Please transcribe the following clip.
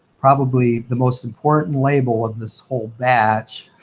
probably the most important label of this whole batch.